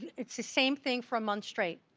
it's the same thing for a month straight.